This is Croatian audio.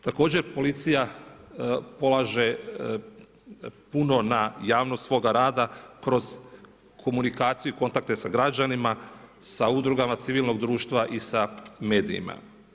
Također policija polaže puno na javnost svoga rada kroz komunikaciju i kontakte sa građanima, sa udrugama civilnog društva i sa medijima.